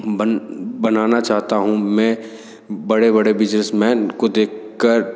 बन बनाना चाहता हूँ मैं बड़े बड़े बिज़नेस मैन को देख कर